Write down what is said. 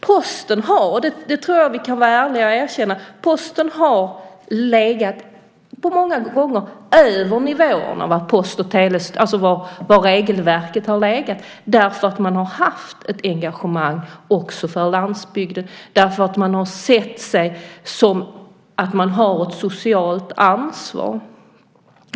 Posten har, det tror jag att vi kan vara ärliga nog att erkänna, många gånger legat över nivån som regelverket har legat på för att man har haft ett engagemang också för landsbygden, för att man har sett att man har ett socialt ansvar.